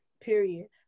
period